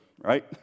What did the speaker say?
right